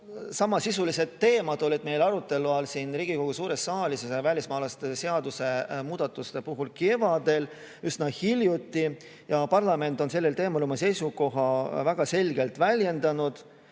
samasisulised teemad olid meil arutelu all siin Riigikogu suures saalis välismaalaste seaduse muutmise puhul kevadel ehk siis üsna hiljuti. Parlament on sellel teemal oma seisukohta väga selgelt väljendanud